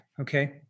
Okay